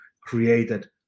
created